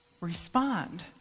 respond